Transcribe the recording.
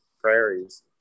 prairies